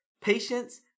patience